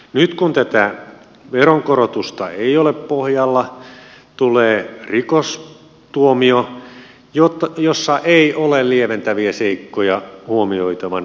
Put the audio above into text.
nyt kun tätä veronkorotusta ei ole pohjalla tulee rikostuomio jossa ei ole lieventäviä seikkoja huomioitavana